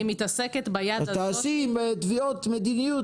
אני מתעסקת -- תעשי מתביעות מדיניות.